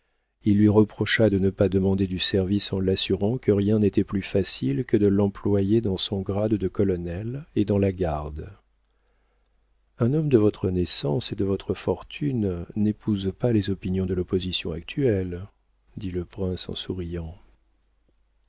il lui reprocha de ne pas demander du service en l'assurant que rien n'était plus facile que de l'employer dans son grade de colonel et dans la garde un homme de votre naissance et de votre fortune n'épouse pas les opinions de l'opposition actuelle dit le prince en souriant